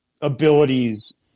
abilities